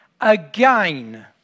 Again